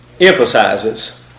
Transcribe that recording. emphasizes